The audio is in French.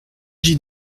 dis